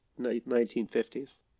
1950s